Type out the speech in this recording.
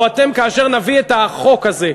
או כאשר נביא את החוק הזה,